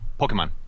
Pokemon